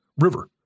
river